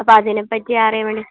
അപ്പോള് അതിനെപ്പറ്റി അറിയാൻവേണ്ടി